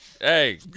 hey